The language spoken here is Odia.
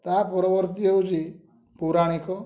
ତା'ପରବର୍ତ୍ତୀ ହେଉଛି ପୌରାଣିକ